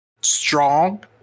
strong